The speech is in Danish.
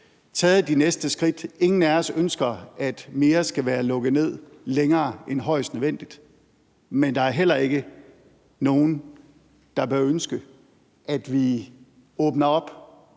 taget det næste skridt. Ingen af os ønsker, at noget skal være lukket ned længere end højst nødvendigt, men der er heller ikke nogen, der bør ønske, at vi åbner for